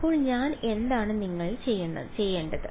അപ്പോൾ ഞാൻ എന്താണ് നിങ്ങൾ ചെയ്യേണ്ടത്